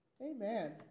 Amen